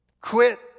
quit